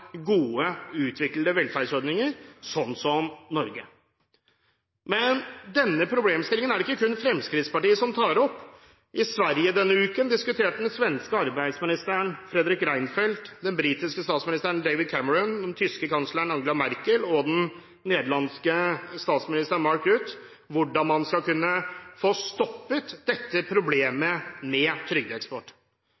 gode, utviklede velferdsordninger, sånn som Norge. Men denne problemstillingen er det ikke kun Fremskrittspartiet som tar opp. I Sverige denne uken diskuterte den svenske statsministeren, Fredrik Reinfeldt, den britiske statsministeren David Cameron, den tyske kansleren, Angela Merkel, og den nederlandske statsministeren, Mark Rutte, hvordan man skal kunne få stoppet dette